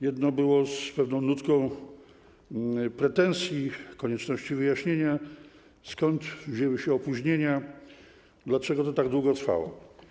Jedno było z pewną nutką pretensji, konieczności wyjaśnienia, skąd wzięły się opóźnienia, dlaczego to tak długo trwało.